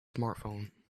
smartphone